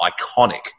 iconic